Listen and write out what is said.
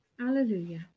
Alleluia